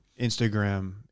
Instagram